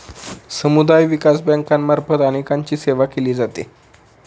समुदाय विकास बँकांमार्फत अनेकांची सेवा केली जाते